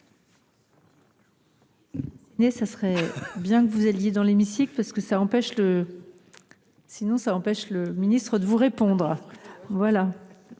Merci